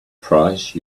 price